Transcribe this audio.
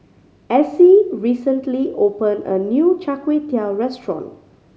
Essie recently opened a new Char Kway Teow restaurant